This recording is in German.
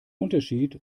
unterschied